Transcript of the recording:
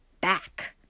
back